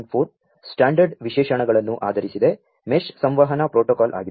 4 standard ವಿಶೇ ಷಣಗಳನ್ನು ಆಧರಿಸಿದ ಮೆಶ್ ಸಂ ವಹನ ಪ್ರೋ ಟೋ ಕಾ ಲ್ ಆಗಿದೆ